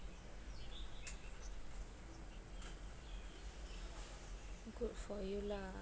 good for you lah